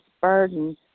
burden